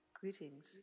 Greetings